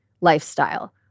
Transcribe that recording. lifestyle